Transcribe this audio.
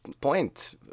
point